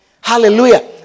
Hallelujah